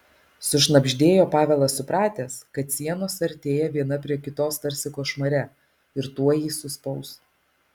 sušnabždėjo pavelas supratęs kad sienos artėja viena prie kitos tarsi košmare ir tuoj jį suspaus